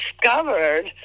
discovered